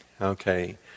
Okay